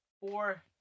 four